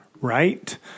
right